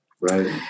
Right